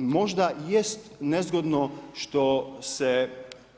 Možda jest nezgodno što se